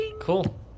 Cool